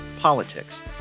politics